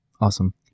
Awesome